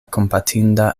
kompatinda